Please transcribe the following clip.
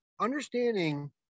understanding